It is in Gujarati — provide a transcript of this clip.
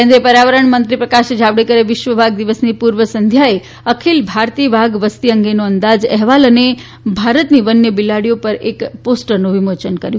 કેન્દ્રીય પર્યાવરણ મંત્રી પ્રકાશ જાવડેકરે વિશ્વ વાઘ દિવસની પૂર્વસંઘ્યાએ અખિલ ભારતીય વાઘ વસતી અંગેનો અંદાજ અહેવાલ અને ભારતની વન્ય બિલાડીઓ પર એક પોસ્ટરનું વિમોચન કર્યું